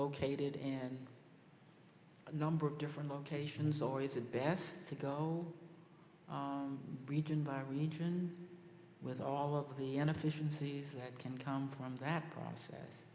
located and a number of different locations or is it best to go region by region with all of the and efficiencies that can come from that process